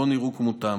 מופיעות.